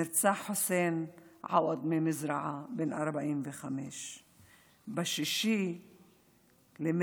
נרצח חוסין עווד ממזרעה, בן 45. ב-6 במרץ